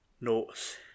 notes